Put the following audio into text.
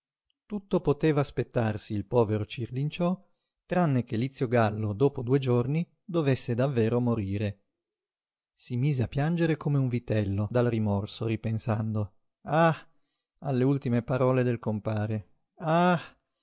tutto poteva aspettarsi il povero cirlinciò tranne che lizio gallo dopo due giorni dovesse davvero morire si mise a piangere come un vitello dal rimorso ripensando ah alle ultime parole del compare ah